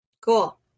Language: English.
cool